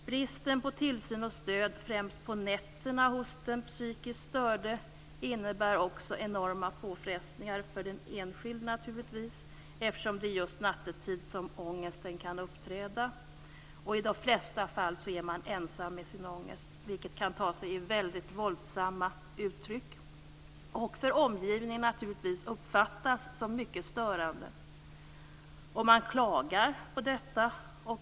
Bristen på tillsyn och stöd främst på nätterna hos den psykiskt störde innebär också enorma påfrestningar för den enskilde naturligtvis, eftersom det just är nattetid som ångesten kan uppträda. I de flesta fall är man ensam i sin ångest, vilket kan ta sig väldigt våldsamma uttryck och av omgivningen uppfattas som mycket störande. Man klagar på detta.